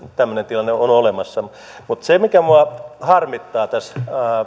tämmöinen tilanne on olemassa mutta mikä minua harmittaa tässä